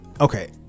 okay